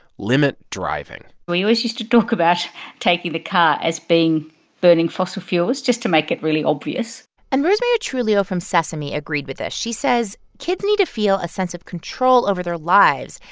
limit driving we always used to talk about taking the car as being burning fossil fuels just to make it really obvious and rosemarie ah truglio from sesame agreed with this. she says, kids need to feel a sense of control over their lives,